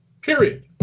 Period